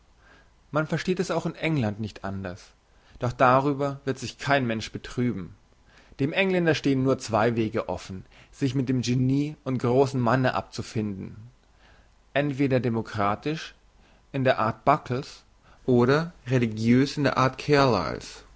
man versteht es auch in england nicht anders doch darüber wird sich kein mensch betrüben dem engländer stehen nur zwei wege offen sich mit dem genie und grossen manne abzufinden entweder demokratisch in der art buckle's oder religiös in der art